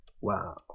Wow